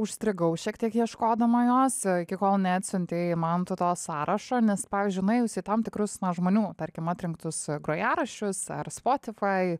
užstrigau šiek tiek ieškodama jos iki kol neatsiuntei man tu to sąrašo nes pavyzdžiui nuėjus į tam tikrus žmonių tarkim atrinktus grojaraščius ar spotify